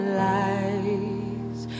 lies